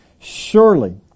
Surely